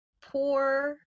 poor